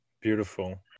Beautiful